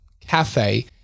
cafe